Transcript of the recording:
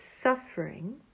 suffering